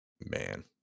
man